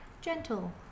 gentle